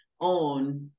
on